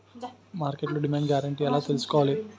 మార్కెట్లో demand guarantee ఎలా తెల్సుకోవాలి?